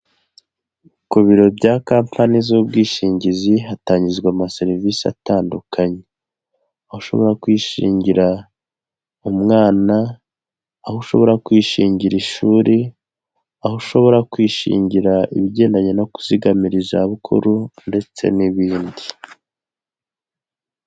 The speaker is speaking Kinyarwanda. Ku biro bya kampan z'ubwishingizi hatangizwa amaserivisi atandukanye, aho ushobora kwishingira umwana, aho ushobora kwishingira ishuri, aho ushobora kwishingira ibigendanye no kuzigamira izabukuru ndetse n'ibindi.